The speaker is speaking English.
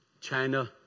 China